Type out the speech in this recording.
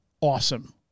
awesome